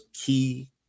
key